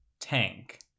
Tank